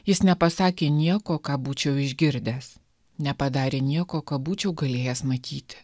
jis nepasakė nieko ką būčiau išgirdęs nepadarė nieko ką būčiau galėjęs matyti